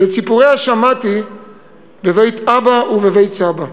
ואת סיפוריה שמעתי בבית אבא ובבית סבא.